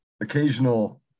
occasional